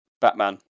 Batman